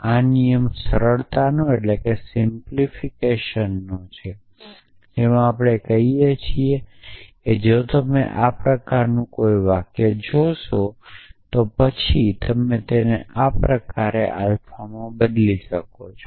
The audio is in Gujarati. એક નિયમ સરળતાનો છે જેમાં આપણે કહીયે છીયે કે જો તમે આ પ્રકારનું કોઈ વાક્ય જોશો તો પછી તમે તેને આ પ્રકારે આલ્ફામાં બદલી શકો છો